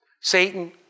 Satan